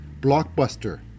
blockbuster